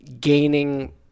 gaining